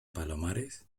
palomares